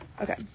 Okay